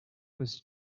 was